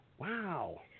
Wow